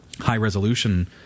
High-resolution